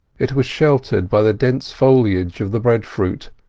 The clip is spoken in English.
it was sheltered by the dense foliage of the breadfruit,